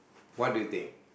what do you think